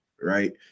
right